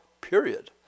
period